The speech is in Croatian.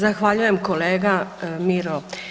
Zahvaljujem kolega Miro.